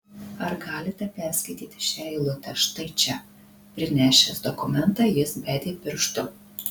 ar galite perskaityti šią eilutę štai čia prinešęs dokumentą jis bedė pirštu